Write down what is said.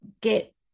get